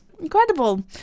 incredible